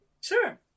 Sure